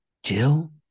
Jill